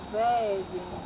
baby